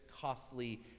costly